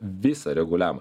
visą reguliavimą